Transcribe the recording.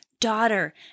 daughter